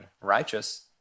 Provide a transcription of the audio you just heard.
righteous